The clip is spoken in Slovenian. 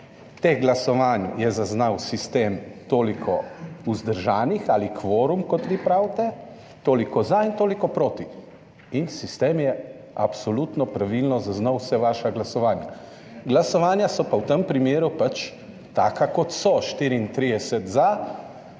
teh glasovanj zaznal sistem toliko vzdržanih ali kvorum, kot vi pravite, toliko za in toliko proti. In sistem je absolutno pravilno zaznal vsa vaša glasovanja. Glasovanja so pa v tem primeru pač taka, kot so, 34 za,